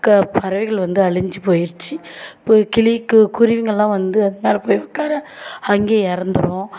கா பறவைகள் வந்து அழிந்து போயிருச்சு இப்போ கிளிக்கு குருவிங்கெல்லாம் வந்து மேலே போய் உட்கார்ற அங்கேயே இறந்துரும்